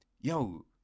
yo